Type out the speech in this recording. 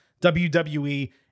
WWE